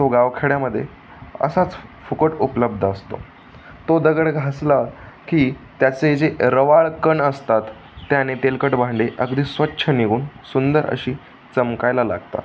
तो गावखेड्यामध्ये असाच फुकट उपलब्ध असतो तो दगड घासला की त्याचे जे रवाळ कण असतात त्याने तेलकट भांडे अगदी स्वच्छ निघून सुंदर अशी चमकायला लागतात